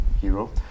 hero